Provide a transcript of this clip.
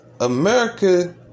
America